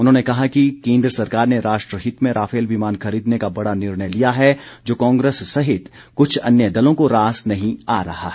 उन्होंने कहा कि केन्द्र सरकार ने राष्ट्रहित में राफेल विमान खरीदने का बड़ा निर्णय लिया है जो कांग्रेस सहित कुछ अन्य दलों को रास नहीं आ रहा है